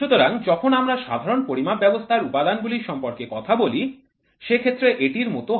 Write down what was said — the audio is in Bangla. সুতরাং যখন আমরা সাধারণ পরিমাপ ব্যবস্থার উপাদানগুলির সম্পর্কে কথা বলি সে ক্ষেত্রে এটির মতো হবে